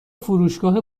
فروشگاه